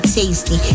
tasty